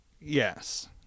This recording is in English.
Yes